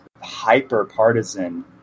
hyper-partisan